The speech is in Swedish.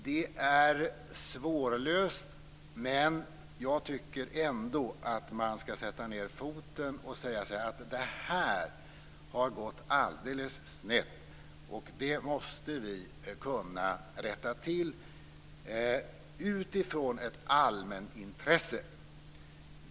Det är svårlöst, men jag tycker ändå att man skall sätta ned foten och säga: Det här har gått alldeles snett, och det måste vi kunna rätta till utifrån ett allmänintresse.